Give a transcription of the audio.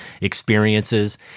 experiences